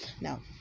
now